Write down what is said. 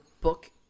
book